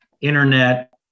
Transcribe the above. internet